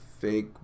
Fake